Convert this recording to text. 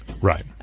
Right